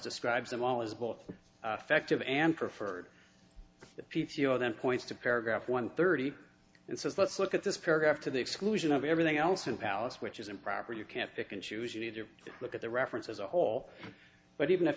describes them all as both affective and preferred the p p o then points to paragraph one thirty and says let's look at this paragraph to the exclusion of everything else in palace which is improper you can't pick and choose you need to look at the reference as a whole but even if